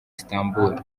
istanbul